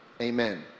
Amen